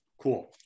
Cool